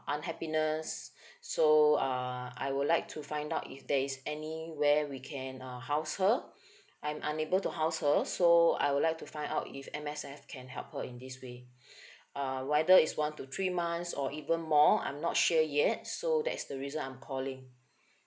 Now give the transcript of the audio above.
unhappiness so uh I would like to find out if there is any where we can uh house her I'm unable to house her so I would like to find out if M_S_F can help her in this way uh whether is one to three months or even more I'm not sure yet so that's the reason I'm calling